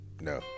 No